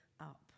up